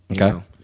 Okay